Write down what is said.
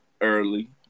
early